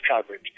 coverage